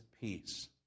peace